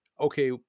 okay